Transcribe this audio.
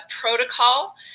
protocol